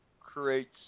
creates